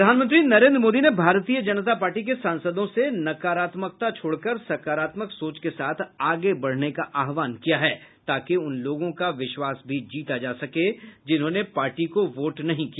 प्रधानमंत्री नरेद्र मोदी ने भारतीय जनता पार्टी के सांसदों से नकारात्मकता छोड़कर सकारात्मक सोच के साथ आगे बढ़ने का आह्वान किया है ताकि उन लोगों का विश्वास भी जीता जा सके जिन्होंने पार्टी को वोट नहीं दिया